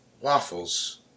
Waffles